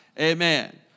Amen